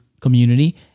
community